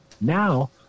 Now